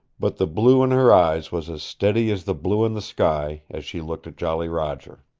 but the blue in her eyes was as steady as the blue in the sky as she looked at jolly roger.